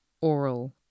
oral